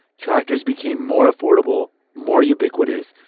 tractors became more affordable, more ubiquitous,